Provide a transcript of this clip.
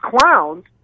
clowns